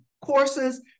courses